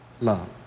love